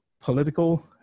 political